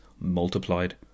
multiplied